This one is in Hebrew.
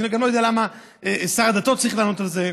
אני גם לא יודע למה שר הדתות צריך לענות על זה,